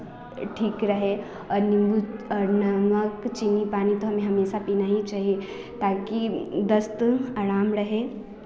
ठीक रहे और और नमक चीनी पानी तो हमें हमेशा पीना ही चाहिए ताकि दस्त आराम रहे